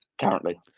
currently